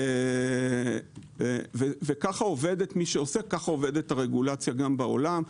כך עובדת הרגולציה בעולם.